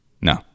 No